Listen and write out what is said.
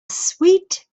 suite